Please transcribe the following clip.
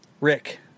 Rick